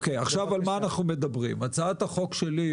לגבי הצעת החוק שלי,